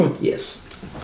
Yes